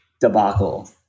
debacle